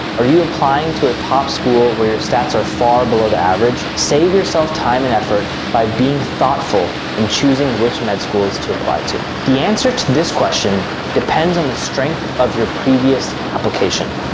are you applying to a top school where your stats are far below the average? save yourself time and effort by being thoughtful in choosing which med schools to apply to. the answer to this question depends on the strength of your previous application.